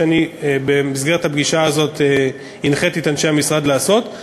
שאני במסגרת הפגישה הזאת הנחיתי את אנשי המשרד לעשות,